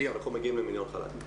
אנחנו מגיעים למיליון חל"תים.